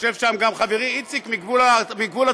ויושב שם גם חברי איציק מגבול הצפון,